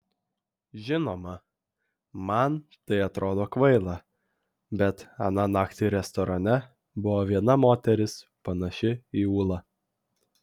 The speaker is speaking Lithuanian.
žinoma man tai atrodo kvaila bet aną naktį restorane buvo viena moteris panaši į ūlą